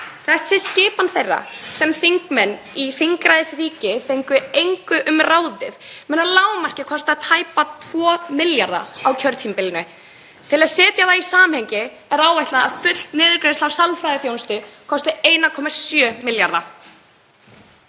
Þessi skipan þeirra, sem þingmenn í þingræðisríki fengu engu um ráðið, mun að lágmarki kosta tæpa 2 milljarða á kjörtímabilinu. Til að setja það í samhengi er áætlað að full niðurgreiðsla á sálfræðiþjónustu kosti 1,7 milljarða.